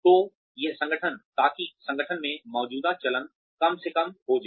तो यह संगठन ताकि संगठन में मौजूदा चलन कम से कम हो जाए